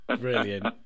brilliant